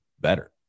better